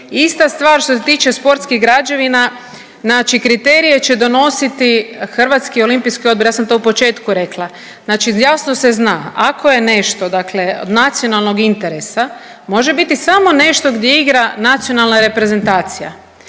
Ista stvar što se tiče sportskih građevina, znači kriterije će donositi Hrvatski olimpijski odbor. Ja sam to u početku rekla. Znači, jasno se zna ako je nešto, dakle od nacionalnog interesa može biti samo nešto gdje igra nacionalna reprezentacija.